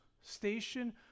station